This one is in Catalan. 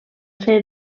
ser